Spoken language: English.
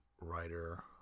writer